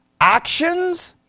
actions